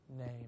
name